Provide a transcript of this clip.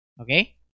Okay